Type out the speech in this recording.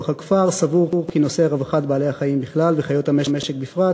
הכפר סבור כי נושא רווחת בעלי-חיים בכלל וחיות המשק בפרט